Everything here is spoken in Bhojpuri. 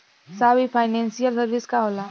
साहब इ फानेंसइयल सर्विस का होला?